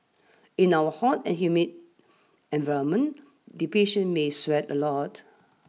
in our hot and humid environment the patients may sweat a lot